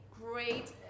great